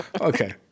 Okay